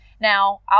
Now